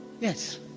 yes